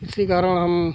इसी कारण हम